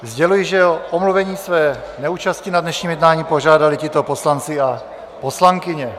Sděluji, že o omluvení své neúčasti na dnešním jednání požádali tito poslanci a poslankyně: Ivan Adamec.